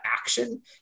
action